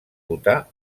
votar